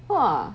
!wah!